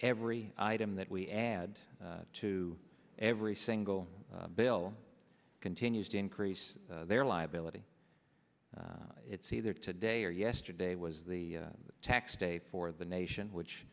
every item that we add to every single bill continues to increase their liability it's either today or yesterday was the tax day for the nation which